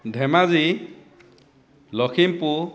Dhemaji Lakhimpur